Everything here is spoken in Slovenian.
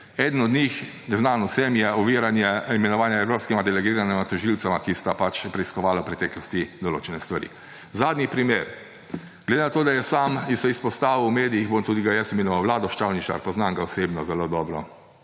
Eden od njih, znan je vsem, je oviranje imenovanja evropskih delegiranih tožilcev, ki sta pač preiskovala v preteklosti določene stvari. Zadnji primer, glede na to, da se je sam izpostavil v medijih, ga bom tudi jaz imenoval, Vlado Ščavničar, poznam ga osebno zelo dobro,